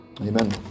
Amen